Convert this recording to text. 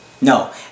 No